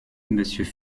monsieur